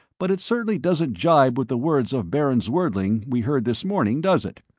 but it certainly doesn't jibe with the words of baron zwerdling we heard this morning, does it?